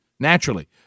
Naturally